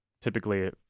typically